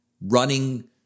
running